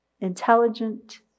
Intelligent